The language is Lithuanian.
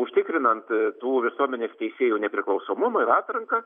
užtikrinant tų visuomenės teisėjų nepriklausomumą ir atranką